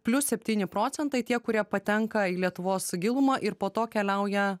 plius septyni procentai tie kurie patenka į lietuvos gilumą ir po to keliauja